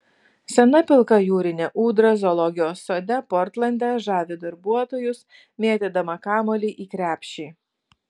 sena pilka jūrinė ūdra zoologijos sode portlande žavi darbuotojus mėtydama kamuolį į krepšį